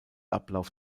ablauf